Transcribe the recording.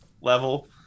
level